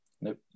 Nope